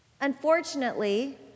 Unfortunately